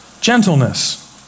Gentleness